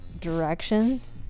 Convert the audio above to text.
directions